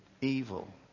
evil